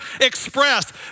expressed